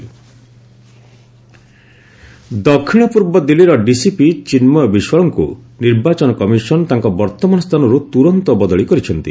EC Delhi police ଦକ୍ଷିଣ ପୂର୍ବ ଦିଲ୍ଲୀର ଡିସିପି ଚିନ୍ନୟ ବିଶ୍ୱାଳଙ୍କୁ ନିର୍ବାଚନ କମିଶନ ତାଙ୍କ ବର୍ତ୍ତମାନ ସ୍ଥାନରୁ ତୁରନ୍ତ ବଦଳି କରିଛନ୍ତି